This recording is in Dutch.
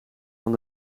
van